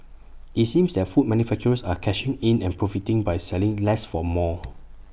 IT seems that food manufacturers are cashing in and profiting by selling less for more